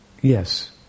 yes